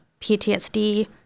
PTSD